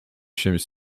chez